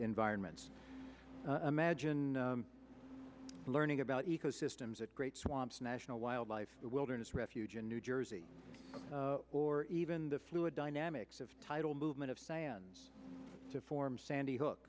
environments magine learning about ecosystems at great swamps national wildlife wilderness refuge in new jersey or even the fluid dynamics of title movement of sands to form sandy hook